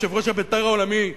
יושב-ראש בית"ר העולמי,